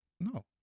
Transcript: no